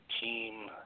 team